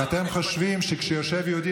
אני לא יוצא,